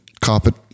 carpet